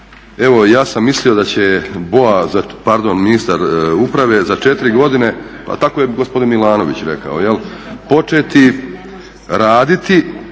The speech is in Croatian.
Evo ja sam mislio da će BOA … pardon ministar uprave za 4 godine, pa tako je gospodin Milanović rekao, početi raditi